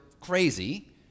crazy